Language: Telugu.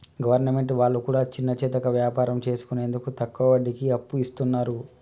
గవర్నమెంట్ వాళ్లు కూడా చిన్నాచితక వ్యాపారం చేసుకునేందుకు తక్కువ వడ్డీకి అప్పు ఇస్తున్నరు